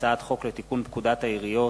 הצעת חוק לתיקון פקודת העיריות